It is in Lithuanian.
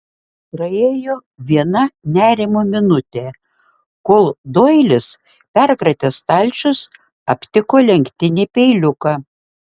praėjo viena nerimo minutė kol doilis perkratęs stalčius aptiko lenktinį peiliuką